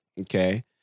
okay